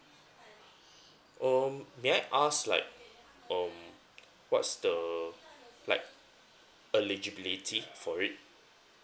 um may I ask like um what's the like eligibility for it